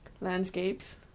landscapes